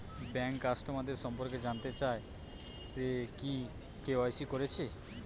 bank কাস্টমারদের সম্পর্কে জানতে চাই সে কি কে.ওয়াই.সি কোরেছে